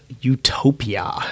Utopia